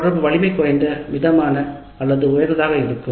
தொடர்பு வலிமை குறைந்த மிதமான அல்லது உயர்ந்ததாக இருக்கும்